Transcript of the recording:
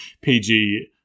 PG